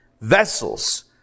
vessels